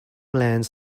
lands